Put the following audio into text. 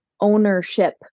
ownership